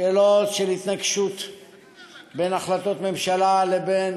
שאלות של התנגשות בין החלטות ממשלה לבין